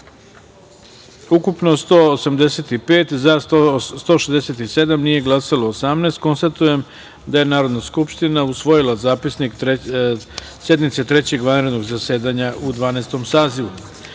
ukupno 185, za – 167, nije glasalo 18.Konstatujem da je Narodna skupština usvojila Zapisnik sednice Trećeg vanrednog zasedanja u Dvanaestom